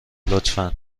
لطفا